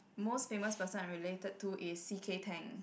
most famous person I related to is C_K-Tang